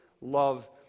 love